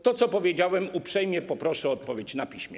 To, co powiedziałem: uprzejmie poproszę o odpowiedź na piśmie.